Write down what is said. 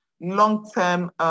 long-term